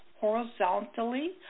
horizontally